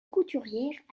couturière